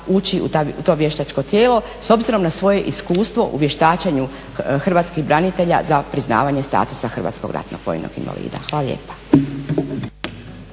ući u to vještačko tijelo s obzirom na svoje iskustvo u vještačenju Hrvatskih branitelja za priznavanje statusa Hrvatskog ratnog vojnog invalida. Hvala lijepa.